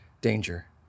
danger